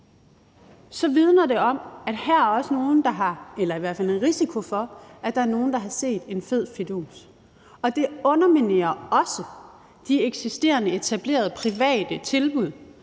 så vidner det om, at her er der også nogle, eller der er i hvert fald en risiko for, at der er nogle, der har set en fed fidus. Og det underminerer også de eksisterende etablerede private tilbud,